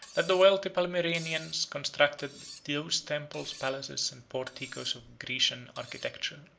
that the wealthy palmyrenians constructed those temples, palaces, and porticos of grecian architecture,